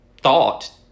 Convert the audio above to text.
thought